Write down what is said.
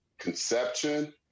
conception